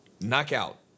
Knockout